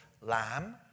lamb